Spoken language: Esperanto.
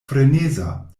freneza